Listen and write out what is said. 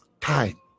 time